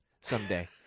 someday